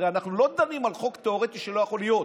הרי אנחנו לא דנים על חוק תאורטי שלא יכול להיות.